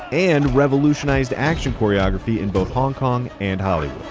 and revolutionized action choreography in both hong kong and hollywood.